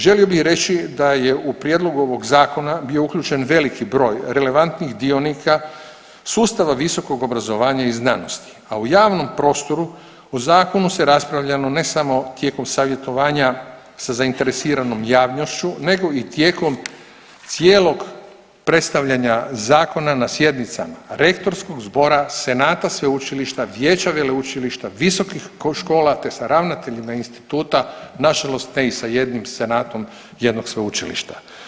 Želio bi reći da je u prijedlogu ovog zakona bio uključen veliki broj relevantnih dionika sustava visokog obrazovanja i znanosti, a u javnom prostoru o zakonu se raspravljalo ne samo tijekom savjetovanja sa zainteresiranom javnošću nego i tijekom cijelog predstavljanja zakona na sjednicama rektorskog zbora, senata sveučilišta, vijeća veleučilišta, visokih škola, te sa ravnateljima instituta nažalost ne i sa jednim senatom jednog sveučilišta.